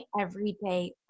everyday